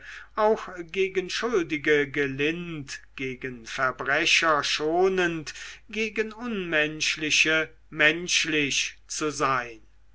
auch gegen schuldige gelind gegen verbrecher schonend gegen unmenschliche menschlich zu sein